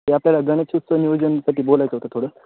ते आपल्या गणेशोत्सव नियोजनसाठी बोलायचं होतं थोडं